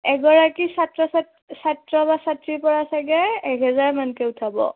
এগৰাকী ছাত্ৰ ছাত্ৰী ছাত্ৰ বা ছাত্ৰীৰ পৰা চাগে একহেজাৰ মানকে উঠাব